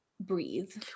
breathe